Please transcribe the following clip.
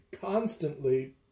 constantly